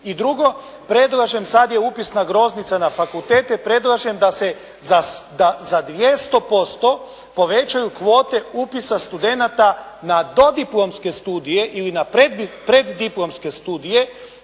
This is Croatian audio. I drugo, predlažem sad je upisna groznica na fakultete, predlažem da se za 200% povećaju kvote upisa studenata na dodiplomske studije ili na preddiplomske studije